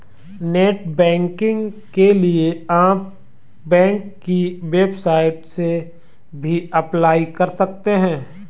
net banking के लिए आप बैंक की वेबसाइट से भी अप्लाई कर सकते है